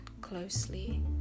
closely